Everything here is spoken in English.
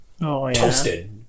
Toasted